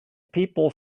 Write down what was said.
people